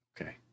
Okay